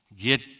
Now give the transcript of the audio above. get